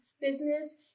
business